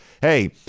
hey